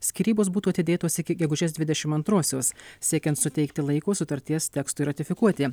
skyrybos būtų atidėtos iki gegužės dvidešim antrosios siekiant suteikti laiko sutarties tekstui ratifikuoti